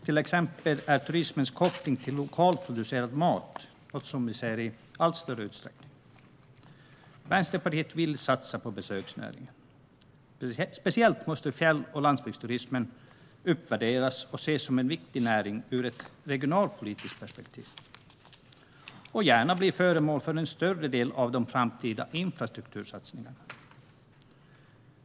Till exempel är turismens koppling till lokalproducerad mat något vi ser i allt större utsträckning. Vänsterpartiet vill satsa på besöksnäringen. Speciellt måste fjäll och landsbygdsturismen uppvärderas och ses som en viktig näring ur ett regionalpolitiskt perspektiv. Den får gärna bli föremål för en större del av de framtida infrastruktursatsningarna.